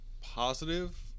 positive